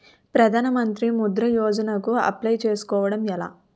ప్రధాన మంత్రి ముద్రా యోజన కు అప్లయ్ చేసుకోవటం ఎలా?